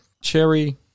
Cherry